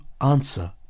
answer